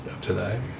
today